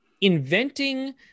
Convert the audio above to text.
inventing